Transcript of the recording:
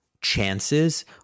chances